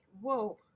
whoa